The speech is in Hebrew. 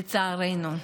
לצערנו.